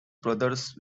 brothers